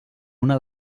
una